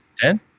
Dan